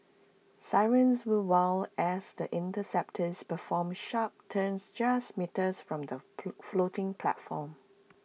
sirens will wail as the interceptors perform sharp turns just metres from the floating platform